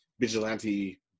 vigilante